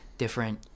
Different